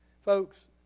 folks